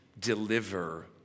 deliver